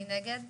מי נגד?